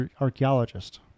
archaeologist